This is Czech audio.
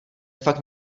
fakt